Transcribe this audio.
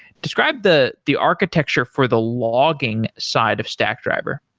describe the the architecture for the logging side of stackdriver.